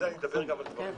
אני מדבר גם על דברים אחרים.